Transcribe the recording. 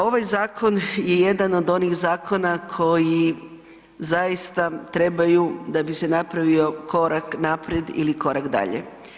Ovaj zakon je jedan od onih zakona koji zaista trebaju da bi se napravio korak naprijed ili korak dalje.